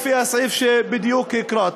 לפי הסעיף שבדיוק הקראתי.